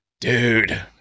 Dude